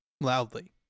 Loudly